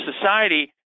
society